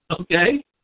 okay